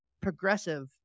progressive